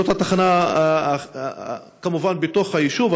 זאת תחנה כמובן בתוך היישוב.